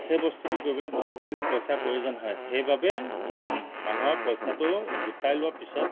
সেই বস্তুটো কৰিবলৈ বহুতখিনি পইচাৰ প্ৰয়োজন হয় সেইবাবে মানুহৰ পইচাটো গোটাই লোৱাৰ পিছত